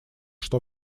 что